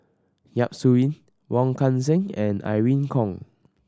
Yap Su Yin Wong Kan Seng and Irene Khong